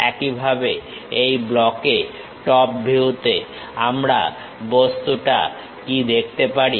একইভাবে এই ব্লকে টপ ভিউতে আমরা বস্তুটা কি দেখতে পারি